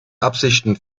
absichten